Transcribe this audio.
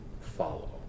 follow